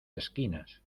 esquinas